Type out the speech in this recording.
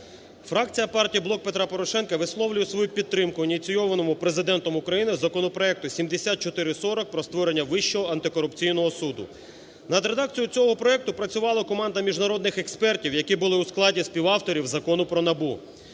Фракція партії "Блок Петра Порошенка" висловлює свою підтримку ініційованому Президентом України законопроекту 7440 про створення Вищого антикорупційного суду. Над редакцією цього проекту працювала команда міжнародних експертів, які були у складі співавторів Закону про НАБУ.